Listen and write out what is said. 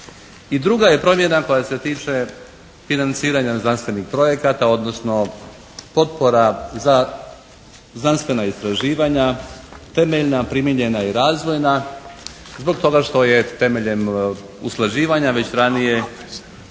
I druga je promjena koja se tiče financiranja znanstvenih projekata, odnosno potpora za znanstvena istraživanja, temeljna, primijenjena i razvojna zbog toga što je temeljem usklađivanja već ranije